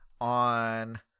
on